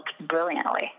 brilliantly